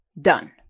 done